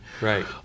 Right